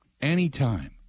Anytime